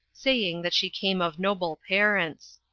saying that she came of noble parents.